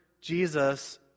Jesus